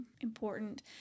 important